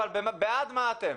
אבל בעד מה אתם?